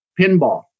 pinball